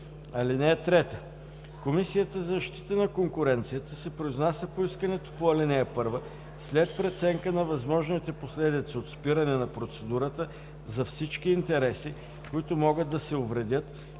(3) Комисията за защита на конкуренцията се произнася по искането по ал. 1 след преценка на възможните последици от спиране на процедурата за всички интереси, които могат да се увредят,